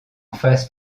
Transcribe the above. phase